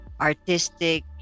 Artistic